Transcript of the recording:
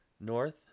North